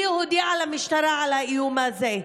היא הודיעה למשטרה על האיום הזה,